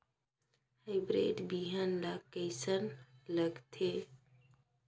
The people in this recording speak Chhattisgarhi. हाईब्रिड बिहान ला कइसन लगाथे?